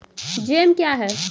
Jam क्या हैं?